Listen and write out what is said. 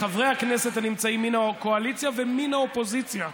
לחברי הכנסת הנמצאים מן הקואליציה ומן האופוזיציה,